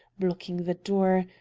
blocking the door,